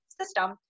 system